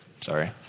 sorry